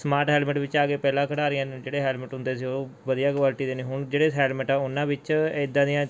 smart helmet ਵਿੱਚ ਆ ਗਏ ਪਹਿਲਾਂ ਖਿਡਾਰੀਆਂ ਨੂੰ ਜਿਹੜੇ ਹੈਲਮਟ ਹੁੰਦੇ ਸੀ ਉਹ ਵਧੀਆ ਕੁਆਲਟੀ ਦੇ ਨਹੀਂ ਹੁਣ ਜਿਹੜੇ ਹੈਲਮਟ ਹੈ ਉਨ੍ਹਾਂ ਵਿੱਚ ਏਦਾਂ ਦੀਆਂ